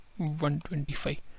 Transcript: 125